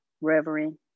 reverend